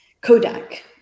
Kodak